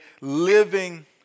living